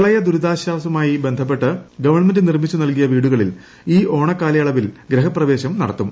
പ്രളയ ദുരിതാശ്വാസമായി ബന്ധപ്പെട്ട് ഗവൺമെന്റ് നിർമിച്ചു നൽകിയ വീടുകളിൽ ഈ ഓണക്കാലയളവിൽ ഗൃഹപ്രവേശം നടത്തും